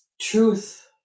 truth